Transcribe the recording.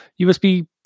USB